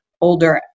older